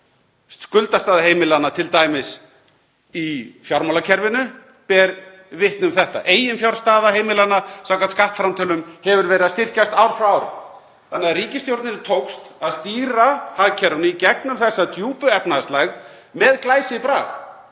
Skuldastaða heimilanna t.d. í fjármálakerfinu ber vitni um þetta. Eiginfjárstaða heimilanna samkvæmt skattframtölum hefur verið að styrkjast ár frá ári. Þannig að ríkisstjórninni tókst að stýra hagkerfinu í gegnum þessa djúpu efnahagslægð með glæsibrag